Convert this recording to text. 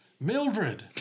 Mildred